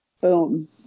Boom